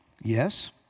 Yes